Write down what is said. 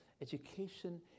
Education